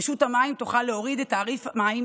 רשות המים תוכל להוריד את תעריף המים